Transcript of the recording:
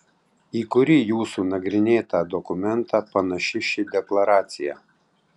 į kurį jūsų nagrinėtą dokumentą panaši ši deklaracija